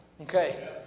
Okay